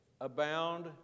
abound